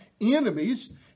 enemies